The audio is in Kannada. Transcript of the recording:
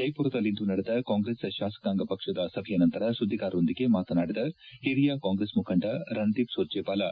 ಜೈಪುರದಲ್ಲಿಂದು ನಡೆದ ಕಾಂಗ್ರೆಸ್ ಶಾಸಕಾಂಗ ಪಕ್ಷದ ಸಭೆಯ ನಂತರ ಸುದ್ಲಿಗಾರರೊಂದಿಗೆ ಮಾತನಾಡಿದ ಹಿರಿಯ ಕಾಂಗ್ರೆಸ್ ಮುಖಂಡ ರಣದೀಪ್ ಸುರ್ಜೆವಾಲ